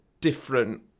different